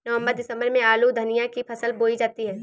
नवम्बर दिसम्बर में आलू धनिया की फसल बोई जाती है?